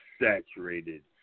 saturated